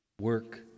work